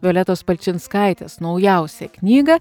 violetos palčinskaitės naujausią knygą